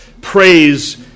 praise